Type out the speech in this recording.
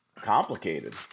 complicated